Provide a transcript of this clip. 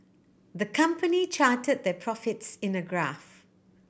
the company charted their profits in a graph